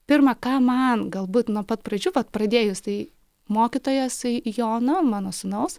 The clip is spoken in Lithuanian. pirmą ką man galbūt nuo pat pradžių vat pradėjus tai mokytojas jono mano sūnaus